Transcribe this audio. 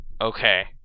Okay